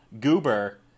Goober